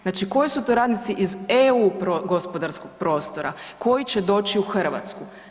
Znači koji su to radnici iz EU gospodarskog prostora, koji će doći u Hrvatsku?